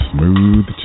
Smooth